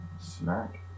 Smack